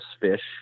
fish